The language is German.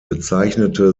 bezeichnete